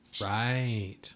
Right